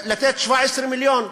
לתת 17 מיליון.